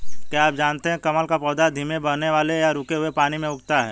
क्या आप जानते है कमल का पौधा धीमे बहने वाले या रुके हुए पानी में उगता है?